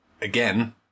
again